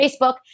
Facebook